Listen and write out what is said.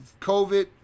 COVID